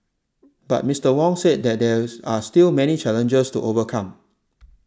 but Mister Wong said that there are still many challenges to overcome